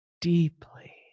deeply